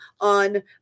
on